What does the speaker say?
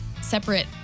Separate